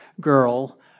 girl